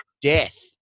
death